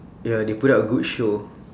ya they put up a good show